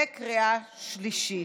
וקריאה שלישית.